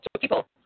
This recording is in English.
people